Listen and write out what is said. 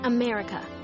America